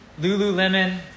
Lululemon